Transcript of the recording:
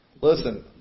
listen